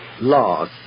laws